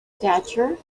stature